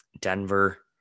Denver